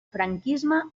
franquisme